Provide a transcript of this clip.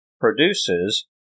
produces